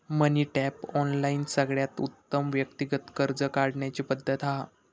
मनी tap, online सगळ्यात उत्तम व्यक्तिगत कर्ज काढण्याची पद्धत हा